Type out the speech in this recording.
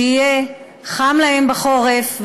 שיהיה להם חם בחורף,